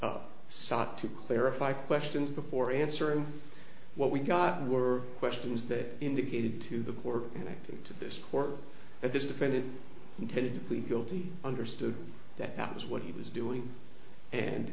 t to clarify questions before answering what we got were questions that indicated to the core connected to this court that this defendant intended to plead guilty understood that that was what he was doing and